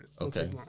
Okay